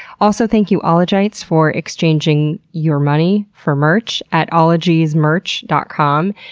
also, thank you ologites for exchanging your money for merch at ologiesmerch dot com,